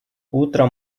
утром